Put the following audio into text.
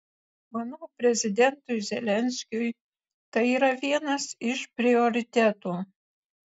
manau prezidentui zelenskiui tai yra vienas iš prioritetų